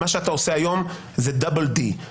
מה שאתה עושה היום זה Double D: